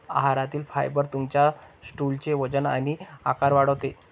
आहारातील फायबर तुमच्या स्टूलचे वजन आणि आकार वाढवते